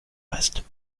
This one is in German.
weißt